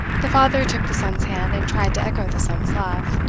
the father took the son's hand, and tried to echo the son's laugh.